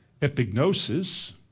epignosis